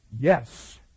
yes